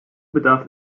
bedarf